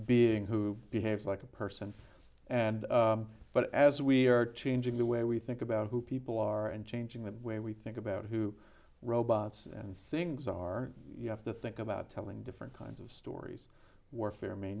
being who behaves like a person and but as we are changing the way we think about who people are and changing the way we think about who robots and things are you have to think about telling different kinds of stories warfare may